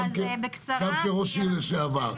גם כראש עיר לשעבר.